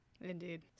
Indeed